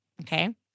okay